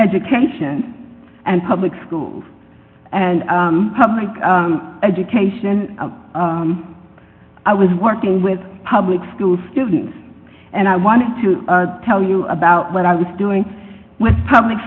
education and public schools and public education i was working with public school students and i wanted to tell you about what i was doing with public